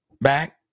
back